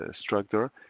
structure